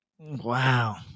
Wow